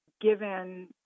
given